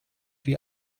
wie